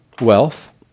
Wealth